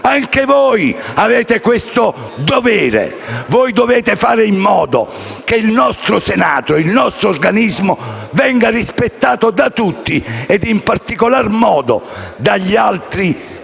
anche voi avete il dovere di fare in modo che il nostro Senato, il nostro organismo, venga rispettato da tutti e, in particolar modo, dai componenti